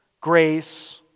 grace